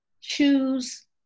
Choose